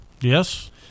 Yes